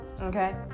Okay